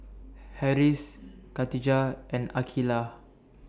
Harris Khadija and Aqeelah